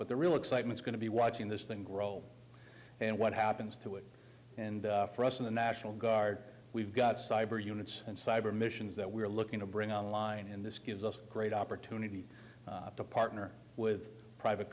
but the real excitement going to be watching this thing grow and what happens to it and for us in the national guard we've got cyber units and cyber missions that we're looking to bring on line and this gives us a great opportunity to partner with private